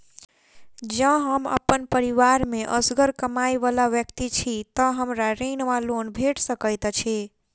जँ हम अप्पन परिवार मे असगर कमाई वला व्यक्ति छी तऽ हमरा ऋण वा लोन भेट सकैत अछि?